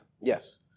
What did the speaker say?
Yes